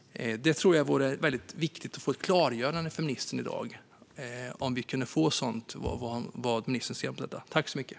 Det vore viktigt att få ett klargörande från ministern om hur hon ser på detta. Jag tackar för debatten.